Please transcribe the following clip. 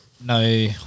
no